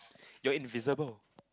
you invisible